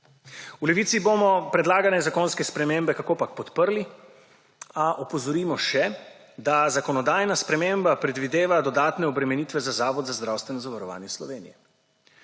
V Levici bomo predlagane zakonske spremembe, kakopak, podprli, a opozorimo še, da zakonodajna sprememba predvideva dodatne obremenitve za Zavod za zdravstveno zavarovanje Slovenije.